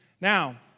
Now